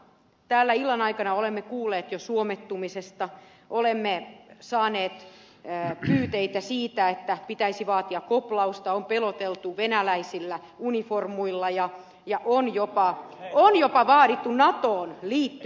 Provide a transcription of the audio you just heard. täällä illan aikana olemme kuulleet jo suomettumisesta olemme saaneet pyyteitä siitä että pitäisi vaatia koplausta on peloteltu venäläisillä univormuilla ja on jopa vaadittu natoon liittymistä